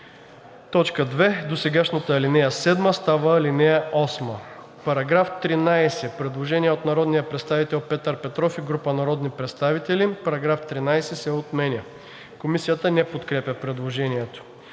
2. Досегашната ал. 7 става ал. 8.“ По § 13 има предложение от народния представител Петър Петров и група народни представители: „Параграф 13 се отменя.“ Комисията не подкрепя предложението.